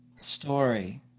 story